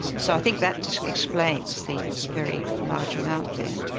so i think that explains the very large amount there.